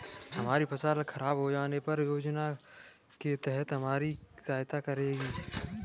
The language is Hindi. हमारी फसल खराब हो जाने पर किस योजना के तहत सरकार हमारी सहायता करेगी?